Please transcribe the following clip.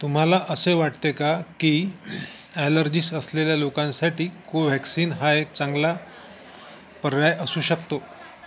तुम्हाला असे वाटते का की ॲलर्जिस असलेल्या लोकांसाठी कोव्हॅक्सिन हा एक चांगला पर्याय असू शकतो